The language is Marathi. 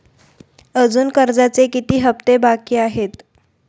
अजुन कर्जाचे किती हप्ते बाकी आहेत?